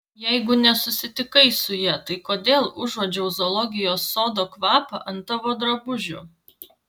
jeigu nesusitikai su ja tai kodėl užuodžiau zoologijos sodo kvapą ant tavo drabužių